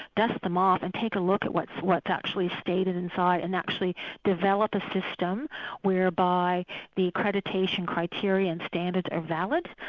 dust them off and take a look at what's what's actually stated inside and actually develop a system whereby the accreditation criteria and standards are valid,